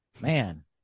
Man